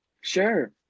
Sure